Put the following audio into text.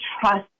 trust